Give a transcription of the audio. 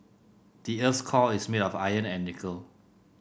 the earth's core is made of iron and nickel